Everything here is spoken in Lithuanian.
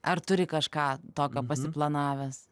ar turi kažką tokio suplanavęs